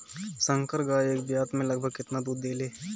संकर गाय एक ब्यात में लगभग केतना दूध देले?